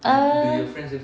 um